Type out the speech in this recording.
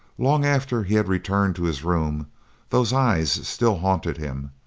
long after he had returned to his room those eyes still haunted him,